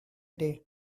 day